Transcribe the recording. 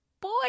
boy